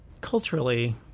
Culturally